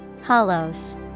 Hollows